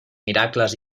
miracles